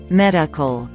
medical